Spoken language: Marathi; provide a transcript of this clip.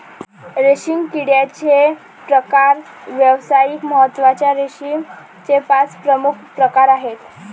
रेशीम किड्याचे प्रकार व्यावसायिक महत्त्वाच्या रेशीमचे पाच प्रमुख प्रकार आहेत